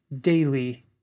daily